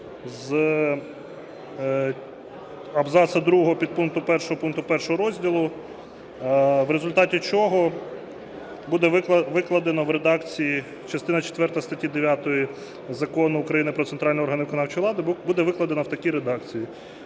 підпункту 1 пункту 1 розділу, в результаті чого буде викладено в редакції частина четверта статті 9 Закону України "Про центральні органи виконавчої влади",